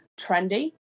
trendy